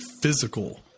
physical